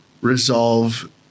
resolve